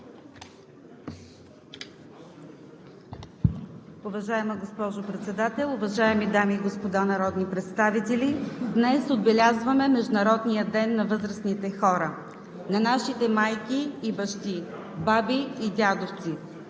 Уважаема госпожо Председател, уважаеми дами и господа народни представители! Днес отбелязваме Международния ден на възрастните хора, на нашите майки и бащи, баби и дядовци